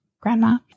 grandma